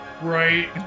Right